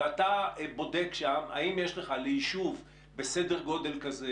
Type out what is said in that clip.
ואתה בודק שם אם יש לך ליישוב בסדר גודל כזה,